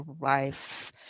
life